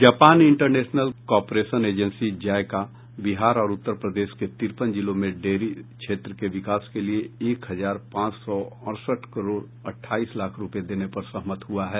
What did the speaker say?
Japan international cooperation agency JICA Bihar और उत्तर प्रदेश के तिरपन जिलों में डेयरी क्षेत्र के विकास के लिये एक हजार पांच सौ अड़सठ करोड़ अठाईस लाख रुपये देने पर सहमत हुआ है